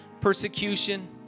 persecution